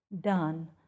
done